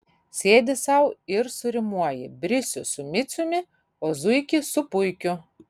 sėdi sau ir surimuoji brisių su miciumi o zuikį su puikiu